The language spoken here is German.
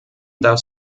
darf